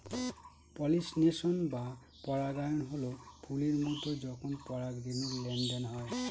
pollination বা পরাগায়ন হল ফুলের মধ্যে যখন পরাগরেনুর লেনদেন হয়